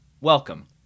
Welcome